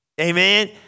Amen